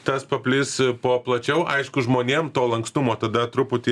tas paplis po plačiau aišku žmonėm to lankstumo tada truputį